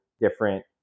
different